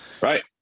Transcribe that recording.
Right